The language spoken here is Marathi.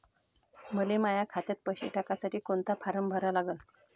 मले माह्या खात्यात पैसे टाकासाठी कोंता फारम भरा लागन?